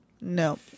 No